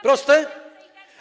Proste?